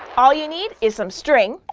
all you'll need is some string,